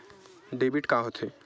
Debit का होथे?